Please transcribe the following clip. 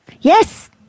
Yes